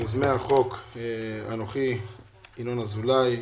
יוזמי החוק: אנוכי ינון אזולאי,